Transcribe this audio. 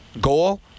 goal